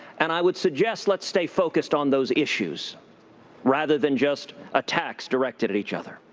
and i would suggest let's stay focused on those issues rather than just attacks directed at each other.